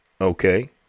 okay